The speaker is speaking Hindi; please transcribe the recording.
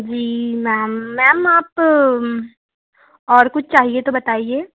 जी मैम मैम आप और कुछ चाहिए तो बताइए